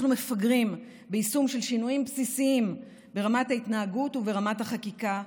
אנחנו מפגרים ביישום של שינויים בסיסיים ברמת ההתנהגות וברמת החקיקה,